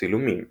צילומים